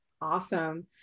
Awesome